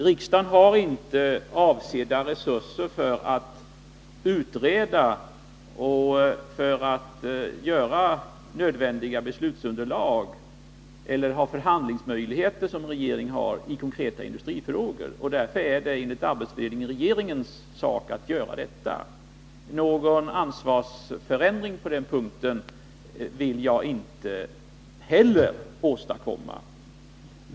Riksdagen har inte avsatta resurser för att utreda och för att göra upp nödvändiga beslutsunderlag och har inte heller de förhandlingmöjligheter som regeringen har i konkreta industrifrågor, och därför är det enligt arbetsfördelningen regeringens sak att göra detta. Någon ansvarsförändring 129 på denna punkt vill jag inte heller åstadkomma.